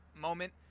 moment